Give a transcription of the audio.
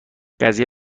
قضیه